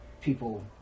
people